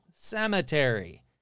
cemetery